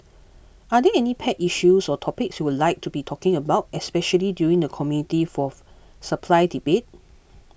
are there any pet issues or topics you would be talking about especially during the Committee for Supply debate